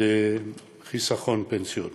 לחיסכון פנסיוני.